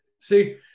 See